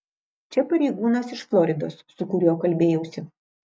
čia pareigūnas iš floridos su kuriuo kalbėjausi